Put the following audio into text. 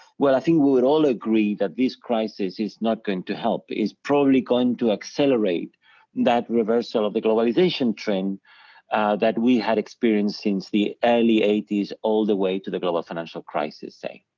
well, i think we would all agree that this crisis is not going to help, is probably going to accelerate that reversal of the globalization trend that we had experienced since the early eighty s all the way to the global financial crisis say,